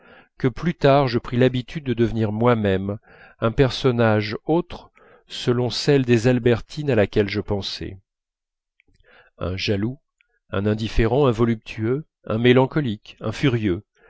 que plus tard je pris l'habitude de devenir moi-même un personnage autre selon celle des albertines à laquelle je pensais un jaloux un indifférent un voluptueux un mélancolique un furieux